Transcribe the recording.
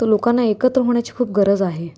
तर लोकांना एकत्र होण्याची खूप गरज आहे